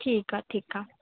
ठीकु आहे ठीकु आहे